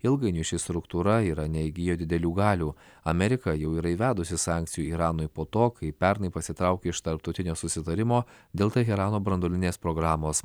ilgainiui ši struktūra yra neįgijo didelių galių amerika jau yra įvedusi sankcijų iranui po to kai pernai pasitraukė iš tarptautinio susitarimo dėl teherano branduolinės programos